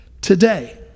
Today